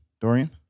Dorian